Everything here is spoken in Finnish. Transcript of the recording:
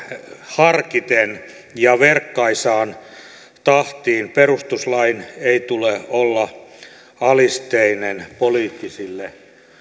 harkiten ja verkkaisaan tahtiin perustuslain ei tule olla alisteinen poliittisille